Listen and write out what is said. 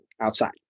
outside